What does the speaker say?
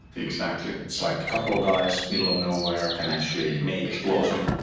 exactly. it's like, a couple of guys, middle of nowhere, can actually. make explosion.